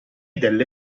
delle